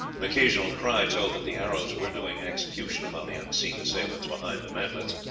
an occasional cry told that the arrows were doing execution upon the unseen assailants behind the mantlets,